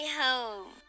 home